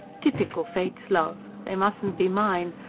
typical fates, love! they mustn't be mine.